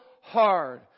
hard